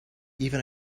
even